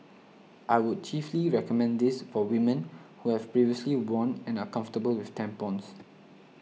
I would chiefly recommend this for women who have previously worn and are comfortable with tampons